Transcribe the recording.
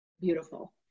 beautiful